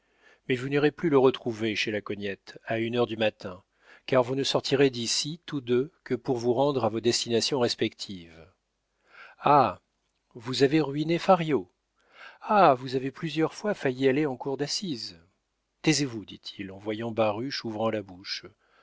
mais vous n'irez plus le retrouver chez la cognette à une heure du matin car vous ne sortirez d'ici tous deux que pour vous rendre à vos destinations respectives ah vous avez ruiné fario ah vous avez plusieurs fois failli aller en cour d'assises taisez-vous dit-il en voyant baruch ouvrant la bouche